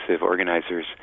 organizers